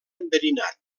enverinat